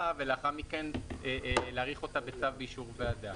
ולאחר מכן להאריך אותה בצו באישור ועדה?